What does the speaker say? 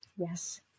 yes